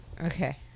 Okay